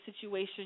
situation